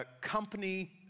Company